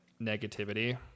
negativity